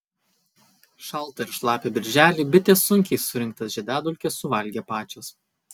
šaltą ir šlapią birželį bitės sunkiai surinktas žiedadulkes suvalgė pačios